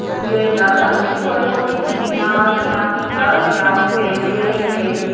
ओह् बी होई जंदा सब्जी बी थोह्ड़ी बोह्ती भिंडियां होई गेइयां घीया होई गेआ करेले होई गे